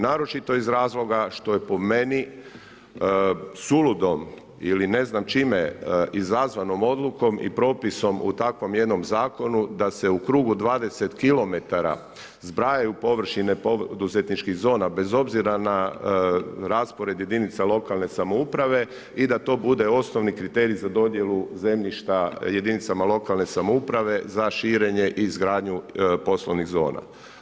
Naročito iz razloga, što je po meni, suludo ili ne znam čime, izazvano odlukom i propisom u takvom jednom zakonu da se u krugu 20 kilometara zbraja površine poduzetničkih zona, bez obzira na raspored jedinice lokalne samouprave i da to bude osnovni kriterij za dodijalu zemljišta jedinice lokalne samouprave za širenje i izgradnju poslovnih zona.